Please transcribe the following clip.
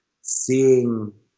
seeing